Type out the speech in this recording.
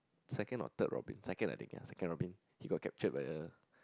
second or third Robin second I think ya second Robin he got captured by the